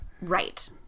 right